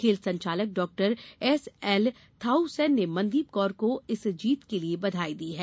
खेल संचालक डॉ एसएल थाउसेन ने मनदीप कौर को इस जीत के लिये बधाई दी है